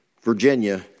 Virginia